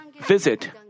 visit